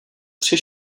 tři